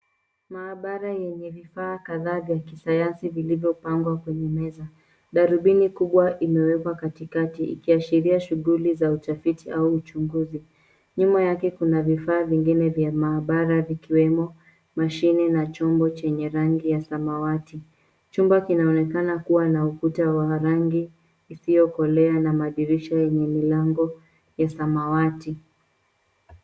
Maabara yenye vifaa kadhaa vya kisayansi vilivyopangwa kwenye meza. Darubini kubwa imewekwa katikati, ikiashiria shughuli za utafiti au uchunguzi. Nyuma yake kuna vifaa vingine vya maabara, vikiwemo mashine na chombo chenye rangi ya samawati. Chumba kinaonekana kuwa na ukuta wa rangi isiyokolea na madirisha yenye milango ya samawati.